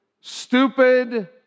stupid